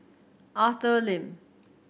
Arthur Lim